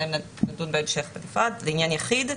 אלא נדון בהן בהמשך בנפרד לעניין יחיד,